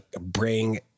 bring